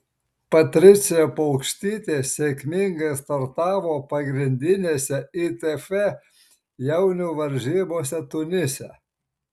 patricija paukštytė sėkmingai startavo pagrindinėse itf jaunių varžybose tunise